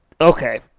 okay